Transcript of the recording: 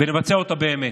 ונבצע אותה באמת.